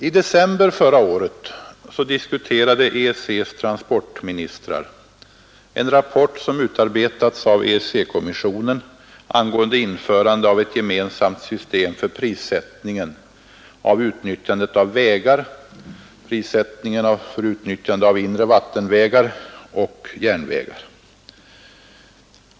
I december förra året diskuterade EEC:s transportministrar en rapport som utarbetats av EEC-kommissionen angående införande av ett gemensamt system för prissättningen av utnyttjandet av vägar, inre vattenvägar och järnvägar.